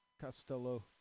Costello